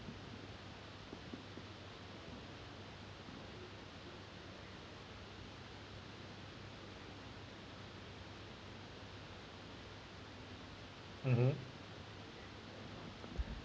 mmhmm